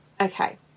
Okay